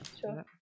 sure